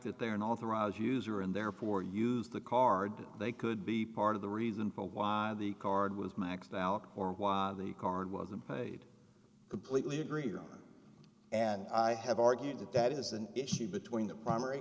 that they're an authorized user and therefore use the card they could be part of the reason for why the card was maxed out or why the card wasn't paid completely agreed and i have argued that that is an issue between the primary